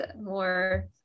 more